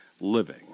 living